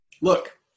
Look